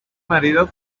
marido